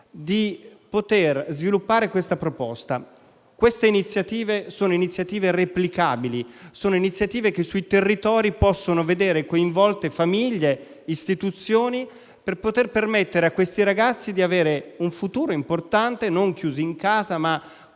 di poter sviluppare questa proposta. Queste iniziative sono replicabili, sono iniziative che sui territori possono vedere coinvolte famiglie e istituzioni, per permettere a questi ragazzi di avere un futuro importante, come tanti